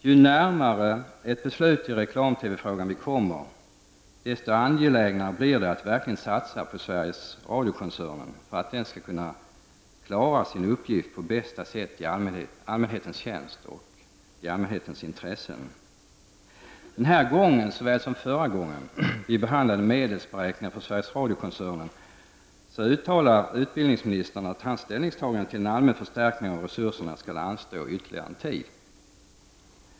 Ju närmare ett beslut i reklam-TV-frågan vi kommer, desto angelägnare blir det att verkligen satsa på Sveriges Radio-koncernen för att den skall kunna klara sin uppgift på bästa sätt i allmänhetens tjänst och för allmänhetens intresse. Den här gången, såväl som förra gången vi behandlade medelsberäkningen för Sveriges Radio-koncernen, uttalade utbildningsministern att hans ställningstagande till en allmän förstärkning av resurserna skall anstå ytterligare en tid.